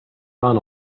run